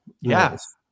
Yes